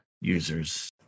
users